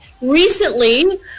recently